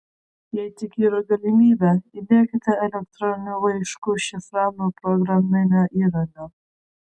jei tik yra galimybė įdiekite elektroninių laiškų šifravimo programinę įrangą